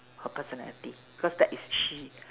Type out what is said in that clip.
her personality because that is she